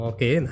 Okay